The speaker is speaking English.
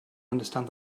understand